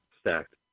stacked